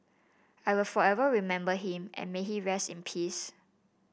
I will forever remember him and may he rest in peace